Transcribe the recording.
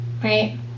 Right